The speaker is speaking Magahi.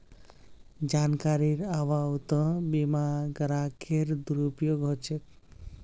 जानकारीर अभाउतो बीमा ग्राहकेर दुरुपयोग ह छेक